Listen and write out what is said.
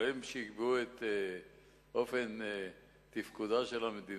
אבל הם שיקבעו את אופן תפקודה של המדינה,